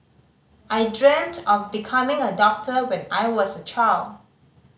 I dreamt of becoming a doctor when I was a child